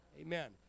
Amen